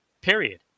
Period